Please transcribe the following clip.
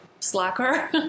slacker